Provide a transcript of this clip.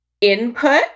input